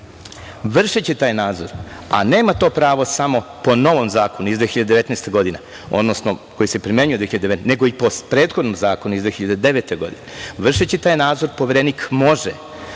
taj nadzor, a nema to pravo samo po novom zakonu iz 2019. godine, odnosno koji se primenjuje od 2019. godine, nego i po prethodnom zakonu iz 2009. godine, Poverenik može